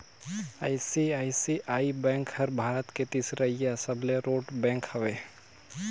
ICICI bank हर भारत के तीसरईया सबले रोट बेंक हवे